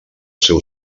seu